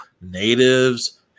natives